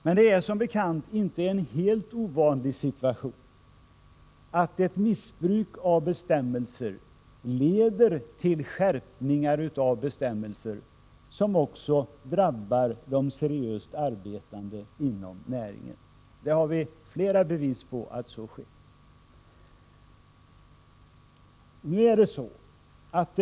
Men det är som bekant inte en helt ovanlig situation att ett missbruk av bestämmelser leder till skärpningar av dessa, som också drabbar de seriöst arbetande inom näringen. Vi har flera bevis på att så sker.